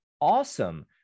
awesome